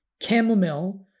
chamomile